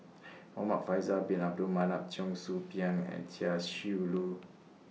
Muhamad Faisal Bin Abdul Manap Cheong Soo Pieng and Chia Shi Lu